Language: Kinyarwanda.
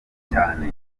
cyane